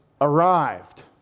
arrived